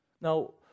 Now